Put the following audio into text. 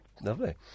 Lovely